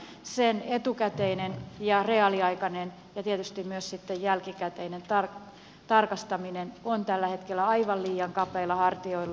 sen etukäteinen ja reaaliaikainen ja tietysti myös sitten jälkikäteinen tarkastaminen on tällä hetkellä aivan liian kapeilla hartioilla